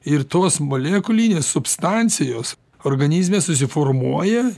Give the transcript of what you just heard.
ir tos molekulinės substancijos organizme susiformuoja